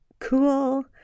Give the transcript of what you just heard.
cool